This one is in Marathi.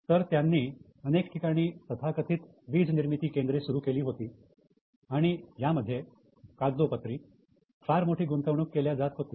तर त्यांनी अनेक ठिकाणी तथाकथित वीज निर्मिती केंद्रे सुरू केली होती आणि यांमध्ये कागदोपत्री फार मोठी गुंतवणूक केल्या जात होती